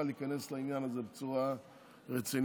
להיכנס לעניין הזה בצורה רצינית,